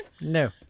No